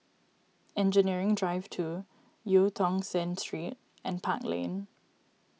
Engineering Drive two Eu Tong Sen Street and Park Lane